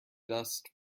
dust